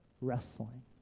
wrestling